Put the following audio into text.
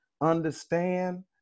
understand